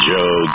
Joe